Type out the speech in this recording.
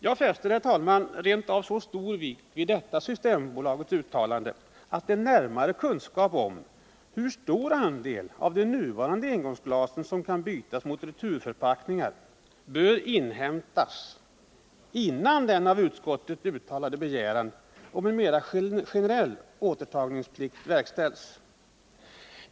Jag fäster, herr talman, rent av så stor vikt vid detta Systembolagets uttalande att en närmare kunskap om hur stor andel av de nuvarande engångsglasen som kan utbytas mot returförpackning bör inhämtas innan den av utskottet uttalade begäran om en mer generell återtagningsplikt verkställs.